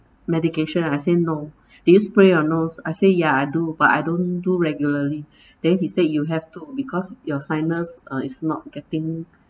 medication I say no did you spray your nose I say ya I do but I don't do regularly then he said you have to because your sinus uh it's not getting